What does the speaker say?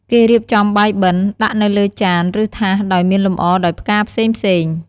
គេរៀបចំបាយបិណ្ឌ ដាក់នៅលើចាន ឬថាស ដោយមានលម្អដោយផ្កាផ្សេងៗ។